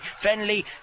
Fenley